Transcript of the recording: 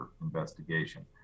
investigation